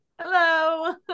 hello